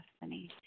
destiny